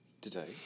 Today